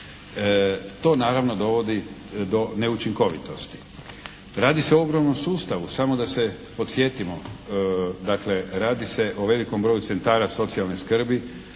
To naravno dovodi do neučinkovitosti. Radi se o ogromnom sustavu. Samo da se podsjetimo. Dakle radi se o velikom broju centara socijalne skrbi,